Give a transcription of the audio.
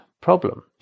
problem